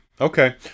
okay